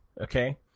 Okay